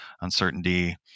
uncertainty